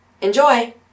Enjoy